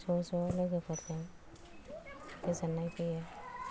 ज' ज' लोगोफोरजों गोजोननाय फैयो